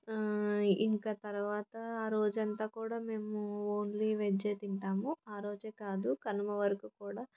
ఇంక తర్వాత ఆ రోజు అంతా కూడా మేము ఓన్లీ వెజ్జే తింటాము ఆరోజే కాదు కనుము వరకు కూడా